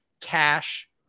cash